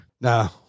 No